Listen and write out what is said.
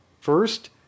First